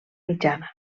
mitjana